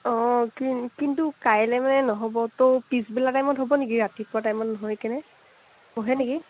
অঁ কি কিন্তু কাইলৈ মানে নহ'ব তো পিছবেলা টাইমত হ'ব নেকি ৰাতিপুৱা টাইমত নহয় কেনে নেকি